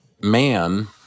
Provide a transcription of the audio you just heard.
man